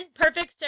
perfect